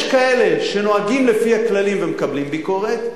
יש כאלה שנוהגים לפי הכללים ומקבלים ביקורת,